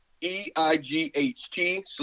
E-I-G-H-T